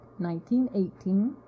1918